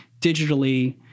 digitally